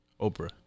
Oprah